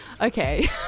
Okay